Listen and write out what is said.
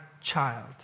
child